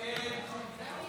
ההצעה